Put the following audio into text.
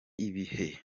ibihe